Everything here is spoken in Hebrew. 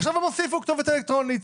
ועכשיו הם הוסיפו כתובת אלקטרונית.